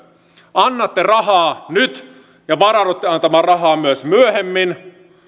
annatte rahaa nyt ja varaudutte antamaan rahaa myös myöhemmin